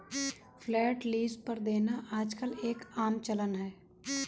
flat lease पर देना आजकल एक आम चलन है